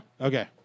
Okay